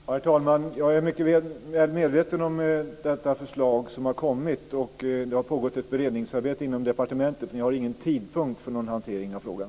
Herr talman! Jag är väl medveten om detta förslag. Det har pågått ett beredningsarbete inom departementet. Vi har ingen tidpunkt för någon hantering av frågan.